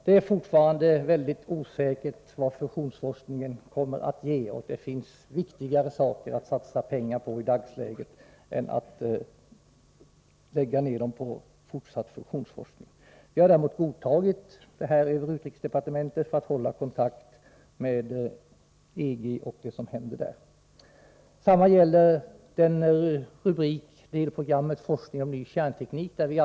Det är fortfarande mycket osäkert vad fusionsforskningen kommer att ge, och det finns viktigare saker att skaffa pengar till i dagsläget än att lägga ned dem på fortsatt fusionsforskning. Vi godtar däremot anslaget över utrikesdepartementet, för att man skall kunna hålla kontakt med EG och känna till vad som händer där. Detsamma gäller den forskning som redovisats under rubriken Ny kärnteknik i delprogrammet.